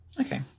Okay